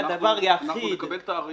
אנחנו נקבל תאריך.